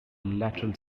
lateral